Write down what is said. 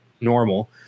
normal